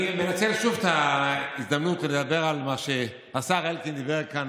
אני מנצל שוב את ההזדמנות כדי לדבר על מה שהשר אלקין דיבר כאן,